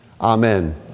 Amen